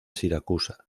siracusa